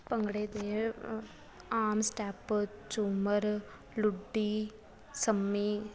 ਭੰਗੜੇ ਦੇ ਆਮ ਸਟੈਪ ਝੂਮਰ ਲੁੱਡੀ ਸੰਮੀ